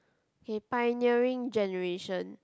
okay pioneering generation